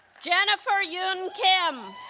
jennifer yeon kim